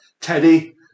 Teddy